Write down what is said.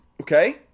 Okay